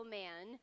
man